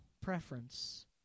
preference